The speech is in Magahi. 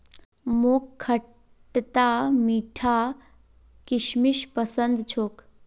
मोक खटता मीठा किशमिश पसंद छोक